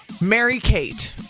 Mary-Kate